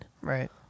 Right